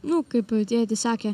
nu kaip ir tėtis sakė